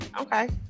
Okay